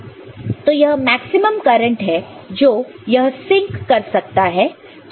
तो यह maximum current है जो यह सिंक कर सकता है